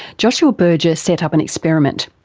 joshua berger set up an experiment.